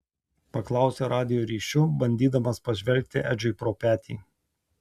paklausė radijo ryšiu bandydamas pažvelgti edžiui pro petį